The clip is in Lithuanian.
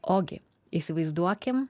ogi įsivaizduokim